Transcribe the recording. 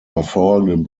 hervorragenden